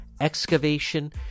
excavation